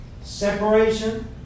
separation